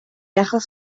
achos